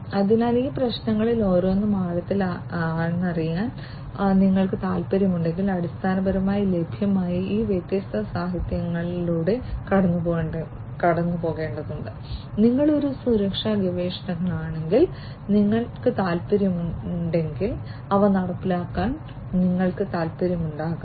അതിനാൽ ഈ പ്രശ്നങ്ങളിൽ ഓരോന്നും ആഴത്തിൽ ആഴ്ന്നിറങ്ങാൻ നിങ്ങൾക്ക് താൽപ്പര്യമുണ്ടെങ്കിൽ അടിസ്ഥാനപരമായി ലഭ്യമായ ഈ വ്യത്യസ്ത സാഹിത്യങ്ങളിലൂടെ കടന്നുപോകേണ്ടതുണ്ട് നിങ്ങൾ ഒരു സുരക്ഷാ ഗവേഷകനാണെങ്കിൽ നിങ്ങൾക്ക് താൽപ്പര്യമുണ്ടെങ്കിൽ അവ നടപ്പിലാക്കാൻ നിങ്ങൾക്ക് താൽപ്പര്യമുണ്ടാകാം